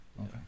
okay